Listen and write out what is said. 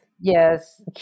Yes